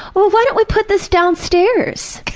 oh, why don't we put this downstairs?